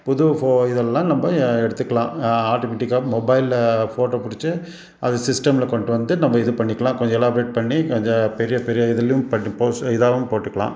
புது ஃபோ இதெல்லாம் நம்ம எடுத்துக்கலாம் ஆட்டோமெட்டிக் மொபைலில் ஃபோட்டோ பிடிச்சி அது சிஸ்டமில் கொண்டுட்டு வந்து நம்ம இது பண்ணிக்கலாம் கொஞ்சம் எலாப்ரேட் பண்ணி அதை பெரிய பெரிய இதுலேயும் பண் போஸ் இதாகவும் போட்டுக்கலாம்